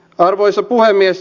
arvoisa puhemies